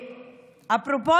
ואפרופו,